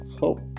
hope